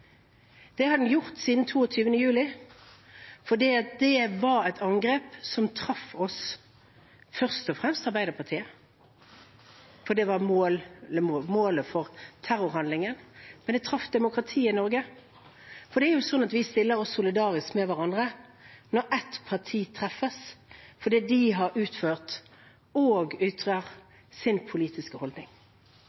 Det har den gjort siden 22. juli, fordi det var et angrep som traff oss – først og fremst Arbeiderpartiet, fordi det var målet for terrorhandlingen. Men det traff demokratiet i Norge. Det er jo slik at vi stiller oss solidarisk med hverandre når ett parti blir truffet for det de har utført og ytrer